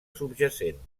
subjacent